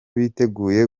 biteguye